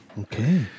Okay